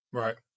right